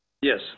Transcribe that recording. Yes